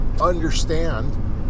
understand